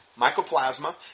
mycoplasma